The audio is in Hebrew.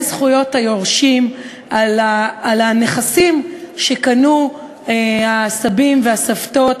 זכויות היורשים על הנכסים שקנו הסבים והסבתות,